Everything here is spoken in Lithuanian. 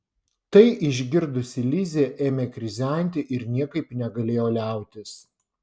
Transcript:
tai išgirdusi lizė ėmė krizenti ir niekaip negalėjo liautis